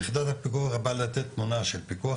יחידת הפיקוח באה לתת תמונה של פיקוח,